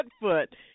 foot